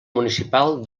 municipal